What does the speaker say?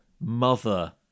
mother